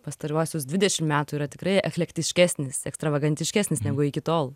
pastaruosius dvidešim metų yra tikrai eklektiškesnis ekstravagantiškesnis negu iki tol